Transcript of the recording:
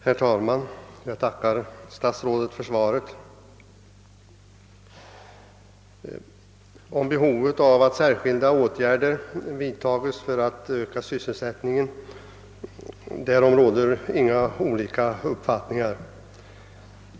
Herr talman! Jag tackar statsrådet Johansson för svaret. Om behovet av särskilda åtgärder för att öka sysselsättningen råder inga olika uppfattningar.